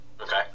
Okay